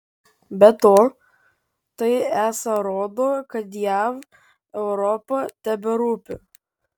be to tai esą rodo kad jav europa teberūpi